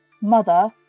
Mother